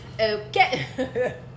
Okay